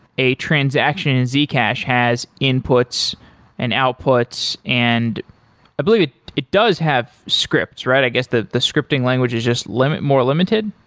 a transaction in zcash has inputs and outputs and i believe it does have scripts, right? i guess, the the scripting language is just more limited.